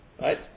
right